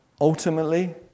ultimately